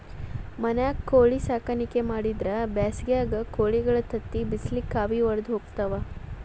ಮನ್ಯಾಗ ಕೋಳಿ ಸಾಕಾಣಿಕೆ ಮಾಡಿದ್ರ್ ಬ್ಯಾಸಿಗ್ಯಾಗ ಕೋಳಿಗಳ ತತ್ತಿ ಬಿಸಿಲಿನ ಕಾವಿಗೆ ವಡದ ಹೋಗ್ತಾವ